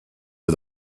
for